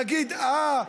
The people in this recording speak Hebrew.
נגיד: אה,